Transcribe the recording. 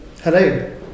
Hello